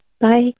Bye